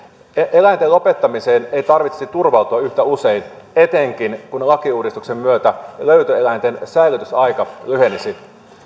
eläinten lopettamiseen ei tarvitsisi turvautua yhtä usein etenkin kun lakiuudistuksen myötä löytöeläinten säilytysaika lyhenisi